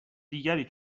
دیگری